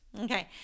okay